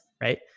right